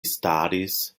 staris